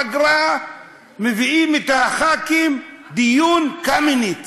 בפגרה מביאים את חברי הכנסת לדיון על קמיניץ.